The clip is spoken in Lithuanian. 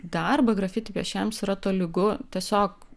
darbą grafiti piešėjams yra tolygu tiesiog